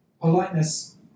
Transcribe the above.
politeness